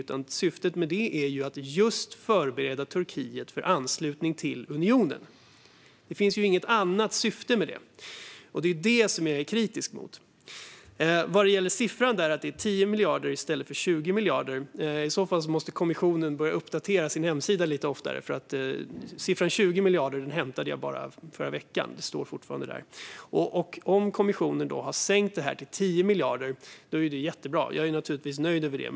Det enda syftet med det är att förbereda Turkiet för anslutning till unionen, och det är detta jag är kritisk mot. Vad gäller siffran, 10 miljarder i stället för 20 miljarder, måste kommissionen börja uppdatera sin hemsida lite oftare. Siffran 20 miljarder hämtade jag i förra veckan; den står fortfarande där. Om kommissionen har sänkt detta till 10 miljarder är det jättebra - jag är naturligtvis nöjd över det.